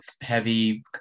heavy